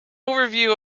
overview